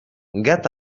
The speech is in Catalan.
gat